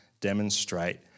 demonstrate